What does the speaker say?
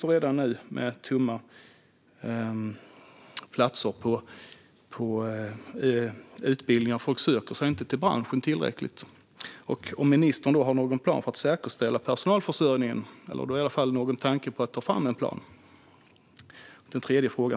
Redan nu är platserna på utbildningarna tomma. Folk söker sig inte till branschen i tillräcklig utsträckning. Har ministern någon plan för att säkerställa personalförsörjningen eller har han någon tanke om att ta fram en plan?